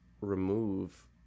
remove